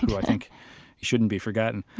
i think shouldn't be forgotten.